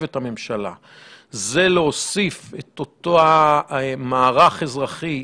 את הממשלה הוא להוסיף את אותו מערך אזרחי,